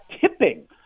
tipping